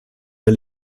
der